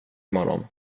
imorgon